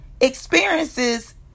Experiences